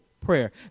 prayer